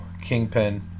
Kingpin